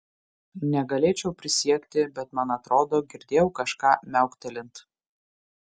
negalėčiau prisiekti bet man atrodo girdėjau kažką miauktelint